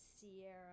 Sierra